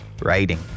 writing